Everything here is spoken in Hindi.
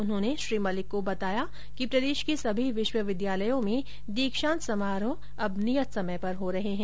उन्होंने श्री मलिक को बताया कि प्रदेश के सभी विश्वविद्यालयों में दीक्षांत समारोह अब नियत समय पर हो रहे हैं